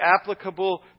applicable